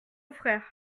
frère